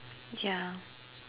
yeah